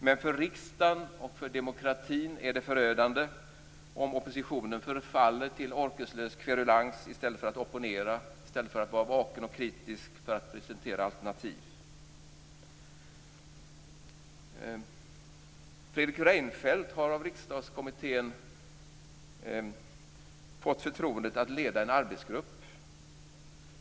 Men för riksdagen och för demokratin är det förödande om oppositionen förfaller till orkeslös kverulans i stället för att opponera, i ställt för att vara vaken och kritisk för att presentera alternativ. Fredrik Reinfeldt har av Riksdagskommittén fått förtroendet att leda en arbetsgrupp.